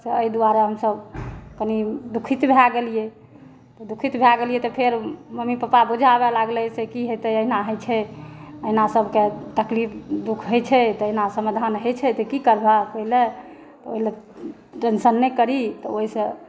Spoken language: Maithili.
से एहि दुआरे हमसब कनी दुखित भए गेलियै तऽ दुखित भए गेलियै तऽ फेर मम्मी पापा बुझाबऽ लागलै से की हेतै एहिना होइ छै एहिना सबकेँ तकलीफ दुख होइ छै तऽ एहिना समाधान होइ छै तऽ की करबहक एहि लए तऽ ओहि लए टेंशन नहि करी तऽ ओहिसँ